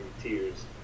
tears